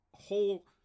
Whole